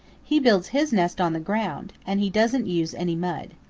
he builds his nest on the ground, and he doesn't use any mud.